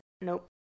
nope